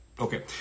Okay